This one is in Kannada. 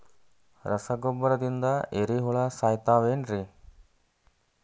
ರಸಗೊಬ್ಬರದಿಂದ ಏರಿಹುಳ ಸಾಯತಾವ್ ಏನ್ರಿ?